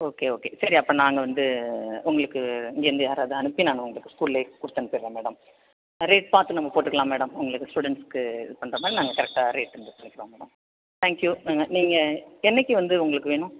okay okay சரி அப்போ நாங்கள் வந்து உங்களுக்கு இங்கேயிருந்து யாராவது அனுப்பி நாங்கள் உங்களுக்கு ஸ்கூல்லேயே கொடுத்து அனுப்பிடுறோம் மேடம் ஆ ரேட் பார்த்து நம்ம போட்டுக்கலாம் மேடம் உங்களுக்கு ஸ்டூடண்ட்ஸுக்கு இது பண்ணுற மாதிரி நாங்கள் கரெக்டாக ரேட்டு இது பண்ணிக்கலாம் மேடம் தேங்க்யூ நாங்கள் நீங்கள் என்னைக்கு வந்து உங்களுக்கு வேணும்